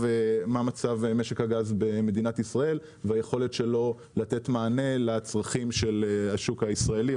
משק הגז בישראל והיכולת שלו לתת מענה לצרכים של השוק הישראלי,